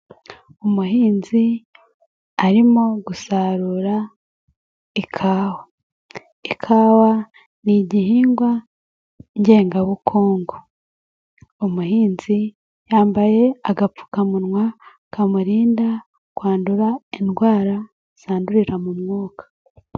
Umuhinzi arimo gusarura ikawa, ikawa n'igihingwa ngengabukungu, umuhinzi yambaye agapfukamunwa kamurinda kwandura indwara zandurira mu mwuka.